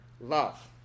love